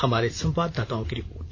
हमारे संवाददाता की रिपोर्ट